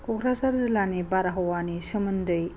क'क्राझार जिल्लानि बारहावानि सोमोन्दै